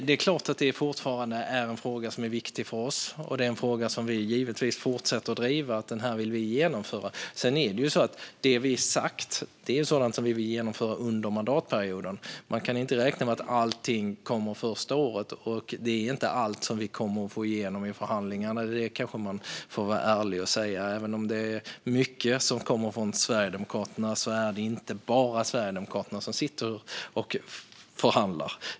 Det är klart att det fortfarande är en fråga som är viktig för oss, och det är givetvis en fråga som vi fortsätter att driva och vill genomföra. Sedan är det så att det som vi har sagt är sådant som vi vill genomföra under mandatperioden. Man kan inte räkna med att allting sker första året. Och vi kommer inte att få igenom allt i förhandlingarna. Det kanske jag får vara ärlig och säga. Även om det är mycket som kommer från Sverigedemokraterna är det inte bara Sverigedemokraterna som sitter och förhandlar.